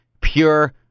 pure